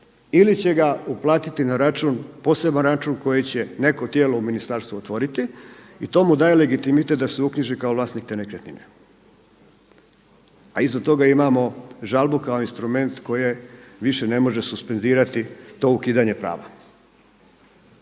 ili će ga uplatiti na račun, poseban račun koji će neko tijelo u ministarstvu otvoriti i to mu daje legitimitet da se uknjiži kao vlasnik te nekretnine a iza toga imamo žalbu kao instrument koje više ne može suspendirati to ukidanje prava.